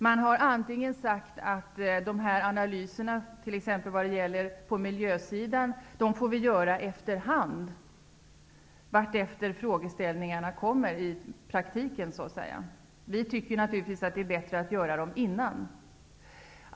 Man har sagt att vi får göra dessa analyser, t.ex. på miljösidan, efterhand vartefter frågeställningarna kommer. Vi tycker naturligtvis att det är bätte att göra dem innan.